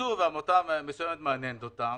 ירצו ועמותה מסוימת מעניינת אותם,